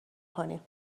کنیم